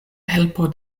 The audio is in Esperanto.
helpo